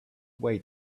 wait